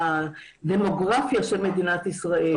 הדמוגרפיה של מדינת ישראל.